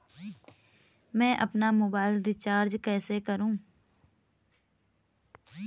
मैं अपना mobile recharge कैसे करूँ?